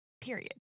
period